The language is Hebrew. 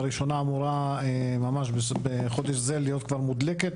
הראשונה אמורה ממש בחודש זה להיות כבר מודלקת.